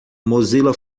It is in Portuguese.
mozilla